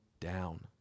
down